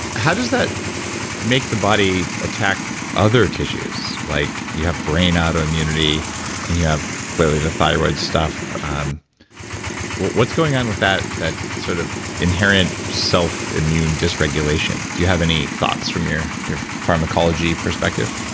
how does that make the body attack other tissues? like you have brain autoimmunity and you have clearly, the thyroid stuff. what's going on with that, that sort of inherent self-immune dysregulation? do you have any thoughts from your your pharmacology perspective?